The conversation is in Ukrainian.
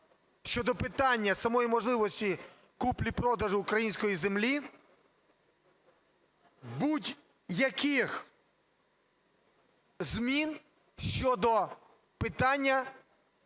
щодо питання самої можливості купівлі-продажу української землі будь-яких змін щодо питання